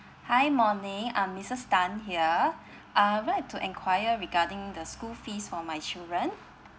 hi morning I'm missus tan here I'd like to enquire regarding the school fees for my children